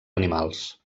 animals